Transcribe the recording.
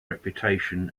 reputation